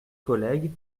collègues